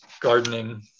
gardening